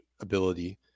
ability